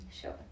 sure